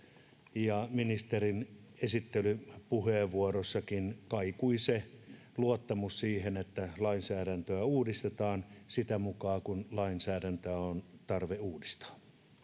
ministerin esittelypuheenvuorossakin kaikui luottamus siihen että lainsäädäntöä uudistetaan sitä mukaa kuin lainsäädäntöä on tarve uudistaa ja